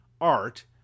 art